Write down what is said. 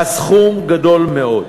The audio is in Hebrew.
והסכום גדול מאוד,